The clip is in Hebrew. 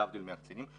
להבדיל מהקצינים.